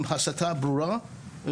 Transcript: עם הסתה ברורה.